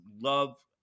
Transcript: love